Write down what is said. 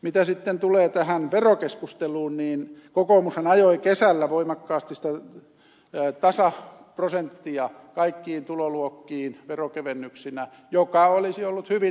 mitä sitten tulee tähän verokeskusteluun niin kokoomushan ajoi kesällä voimakkaasti sitä tasaprosenttia kaikkiin tuloluokkiin veronkevennyksinä mikä olisi ollut hyvin epäoikeudenmukaista